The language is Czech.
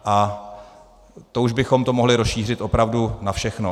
A to už bychom to mohli rozšířit opravdu na všechno.